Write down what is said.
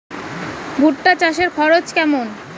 ভুট্টা চাষে খরচ কেমন?